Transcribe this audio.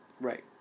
Right